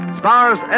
stars